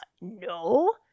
no